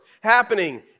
happening